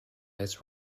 lights